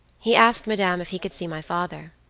he asked madame if he could see my father.